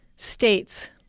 states